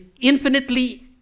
infinitely